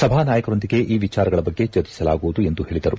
ಸಭಾ ನಾಯಕರೊಂದಿಗೆ ಈ ವಿಜಾರಗಳ ಬಗ್ಗೆ ಚರ್ಚಿಸಲಾಗುವುದು ಎಂದು ಪೇಳಿದರು